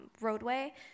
roadway